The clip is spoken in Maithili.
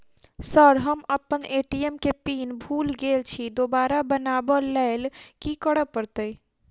सर हम अप्पन ए.टी.एम केँ पिन भूल गेल छी दोबारा बनाब लैल की करऽ परतै?